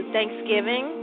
Thanksgiving